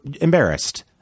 embarrassed